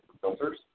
filters